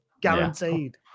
guaranteed